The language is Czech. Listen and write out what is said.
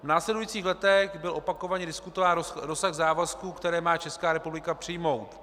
V následujících letech byl opakovaně diskutován rozsah závazků, které má Česká republika přijmout.